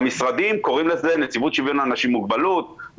במשרדים קוראים לזה נציבות שוויון לאנשים עם מוגבלות.